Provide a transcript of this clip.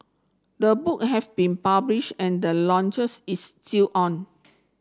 the book have been published and the launches is still on